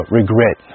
regret